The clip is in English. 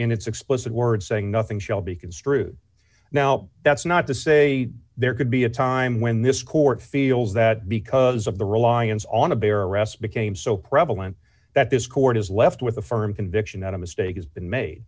n its explicit words saying nothing shall be construed now that's not to say there could be a time when this court feels that because of the reliance on a bare arrest became so prevalent that this court is left with a firm conviction that a mistake has been made